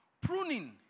Pruning